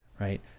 right